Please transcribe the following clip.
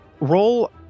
roll